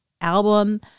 album